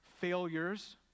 failures